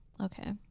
okay